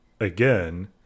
again